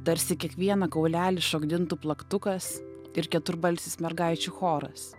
tarsi kiekvieną kaulelį šokdintų plaktukas ir keturbalsis mergaičių choras